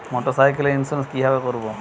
মোটরসাইকেলের ইন্সুরেন্স কিভাবে করব?